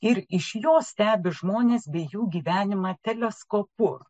ir iš jos stebi žmones bei jų gyvenimą teleskopu